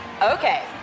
Okay